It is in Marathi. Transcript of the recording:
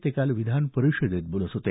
ते काल विधान परिषदेत बोलत होते